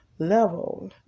Level